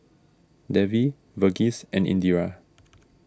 Devi Verghese and Indira